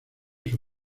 sus